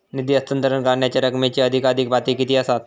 निधी हस्तांतरण करण्यांच्या रकमेची अधिकाधिक पातळी किती असात?